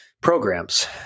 programs